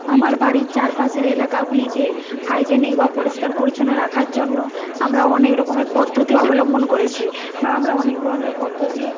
আমার বাড়ির চারপাশের এলাকাগুলিকে হাইজেনিক বা পরিষ্কার পরিচ্ছন্ন রাখার জন্য আমরা অনেক রকমের পদ্ধতি অবলম্বন করেছি বা আমরা অনেক ধরণের পদ্ধতি